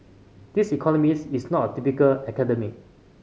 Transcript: this economist is not a typical academic